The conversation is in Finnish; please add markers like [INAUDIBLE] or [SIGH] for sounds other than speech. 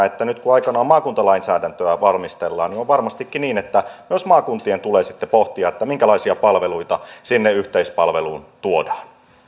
[UNINTELLIGIBLE] että kun aikanaan maakuntalainsäädäntöä valmistellaan on varmastikin niin että myös maakuntien tulee sitten pohtia minkälaisia palveluita sinne yhteispalveluun tuodaan